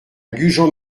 gujan